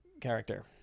character